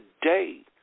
today